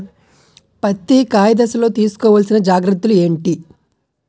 పత్తి కాయ దశ లొ తీసుకోవల్సిన జాగ్రత్తలు ఏంటి?